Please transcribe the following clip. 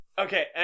Okay